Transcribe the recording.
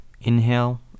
Inhale